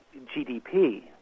GDP